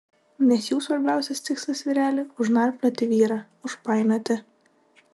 nes jų svarbiausias tikslas vyreli užnarplioti vyrą užpainioti